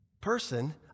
person